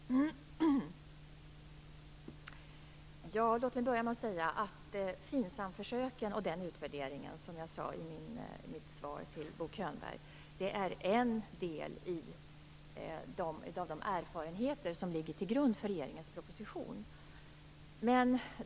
Fru talman! Som jag sade i mitt svar till Bo Könberg är FINSAM-försöken och utvärderingen av dem en del av de erfarenheter som ligger till grund för regeringens proposition.